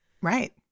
right